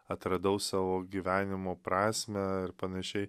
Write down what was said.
atradau savo gyvenimo prasmę ir panašiai